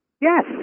Yes